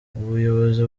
ubuyobozi